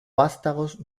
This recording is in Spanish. vástagos